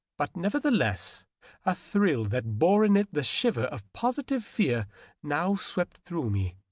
but nevertheless a thrill that bore in it the shiver of positive fear now swept through me.